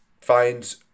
find